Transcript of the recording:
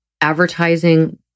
advertising